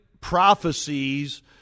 prophecies